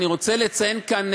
אני רוצה לציין כאן,